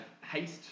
haste